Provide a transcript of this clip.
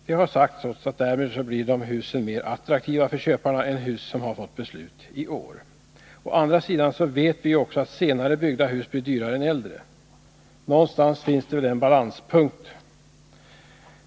Man har sagt till oss att därmed blir de husen mer attraktiva för köparna än hus som det fattats beslut om i år. Å andra sidan vet vi ju att senare byggda hus blir dyrare än äldre. Någonstans finns det väl en balanspunkt.